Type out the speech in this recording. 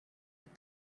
with